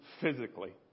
physically